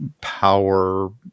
power